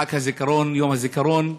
בחג הזיכרון, יום הזיכרון,